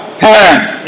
parents